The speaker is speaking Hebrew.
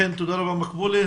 תודה רבה, מקבולה.